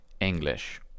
English